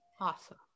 Awesome